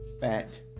fat